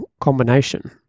combination